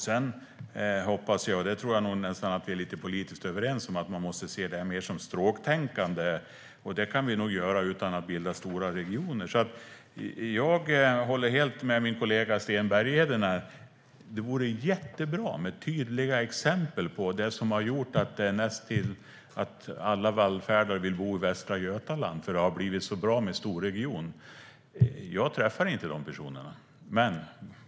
Sedan hoppas jag, och detta är vi kanske politiskt överens om, att man måste se detta mer som stråktänkande. Det kan vi ju ägna oss åt utan att bilda stora regioner. Jag håller helt med min kollega Sten Bergheden här. Det vore jättebra med tydliga exempel på det som har gjort att alla vallfärdar till Västra Götaland för att det har blivit så bra med storregion. Jag träffar inte de personerna.